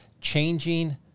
changing